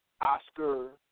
Oscar